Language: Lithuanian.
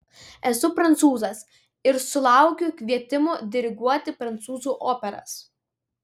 esu prancūzas ir sulaukiu kvietimų diriguoti prancūzų operas